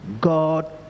god